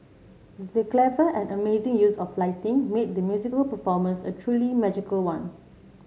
the clever and amazing use of lighting made the musical performance a truly magical one